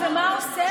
ומה עושה?